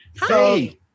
Hi